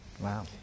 Wow